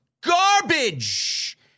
garbage